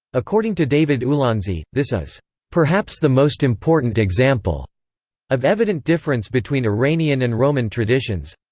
according to david ulansey, this is perhaps the most important example of evident difference between iranian and roman traditions.